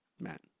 Matt